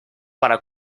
para